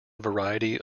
variety